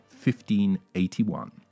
1581